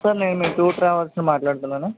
sir నేను మీ tour ట్రావెల్స్ని మాట్లాడుతున్నాను